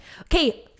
Okay